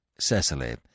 Cecily